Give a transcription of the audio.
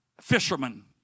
fisherman